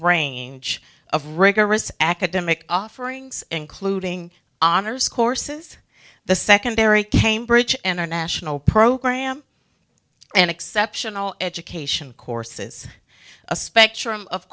range of rigorous academic offerings including honors courses the secondary cambridge and our national program an exceptional education courses a spectrum of